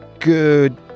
good